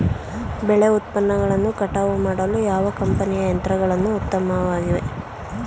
ಬೆಳೆ ಉತ್ಪನ್ನಗಳನ್ನು ಕಟಾವು ಮಾಡಲು ಯಾವ ಕಂಪನಿಯ ಯಂತ್ರಗಳು ಉತ್ತಮವಾಗಿವೆ?